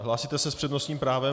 Hlásíte se s přednostním právem?